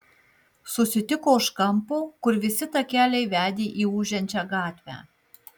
susitiko už kampo kur visi takeliai vedė į ūžiančią gatvę